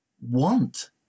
want